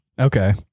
Okay